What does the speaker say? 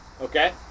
Okay